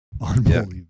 Unbelievable